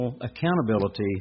accountability